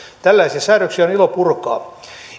tällaisia säädöksiä on ilo purkaa